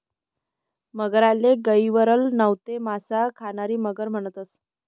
मगरले गविअल नैते मासा खानारी मगर म्हणतंस